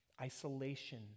Isolation